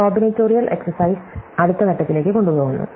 combinatorial exercise അടുത്ത ഘട്ടത്തിലേക്ക് കൊണ്ടുപോകുന്നു